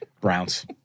Browns